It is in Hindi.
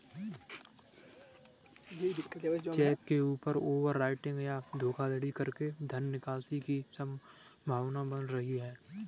चेक के ऊपर ओवर राइटिंग या धोखाधड़ी करके धन निकासी की संभावना बनी रहती है